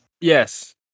yes